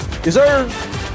Deserve